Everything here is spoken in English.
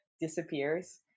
disappears